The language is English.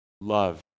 Love